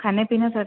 खाण्यापिण्यासाठी